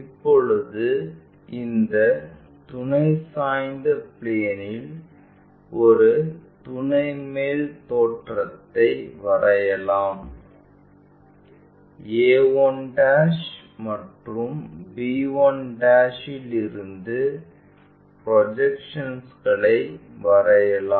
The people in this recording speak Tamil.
இப்போது இந்த துணை சாய்ந்த பிளேன்இல் ஒரு துணை மேல் தோற்றத்யை வரையலாம் a1 மற்றும் b1 இலிருந்து ப்ரொஜெக்ஷன்ஸ்ளை வரையலாம்